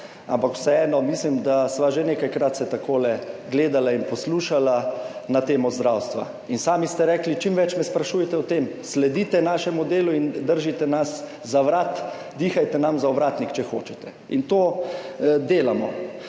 Ampak vseeno mislim, da sva se že nekajkrat takole gledala in poslušala na temo zdravstva. In sami ste rekli, čim več me sprašujete o tem, sledite našemu delu in držite nas za vrat, dihajte nam za ovratnik, če hočete. In to delamo.